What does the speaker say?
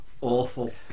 awful